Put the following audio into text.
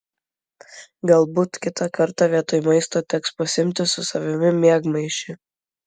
galbūt kitą kartą vietoj maisto teks pasiimti su savimi miegmaišį